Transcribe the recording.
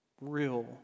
Real